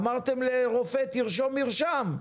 אמרתם לרופא תרשום מרשם.